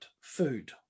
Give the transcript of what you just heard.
food